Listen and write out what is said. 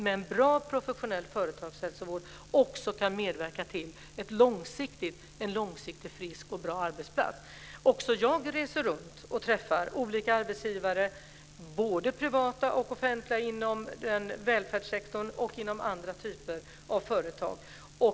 En bra professionell företagshälsovård kan medverka till en långsiktigt bra och frisk arbetsplats. Även jag reser runt och träffar olika arbetsgivare - både privata och offentliga inom välfärdssektorn och andra typer av företag.